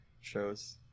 shows